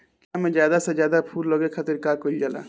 खीरा मे ज्यादा से ज्यादा फूल लगे खातीर का कईल जाला?